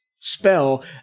spell